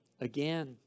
again